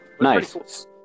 Nice